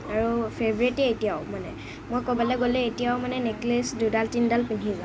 আৰু ফেভৰেটেই এতিয়াও মানে মই ক'ৰবালৈ গ'লে এতিয়াও মানে নেকলেছ দুডাল তিনিডাল পিন্ধি যাওঁ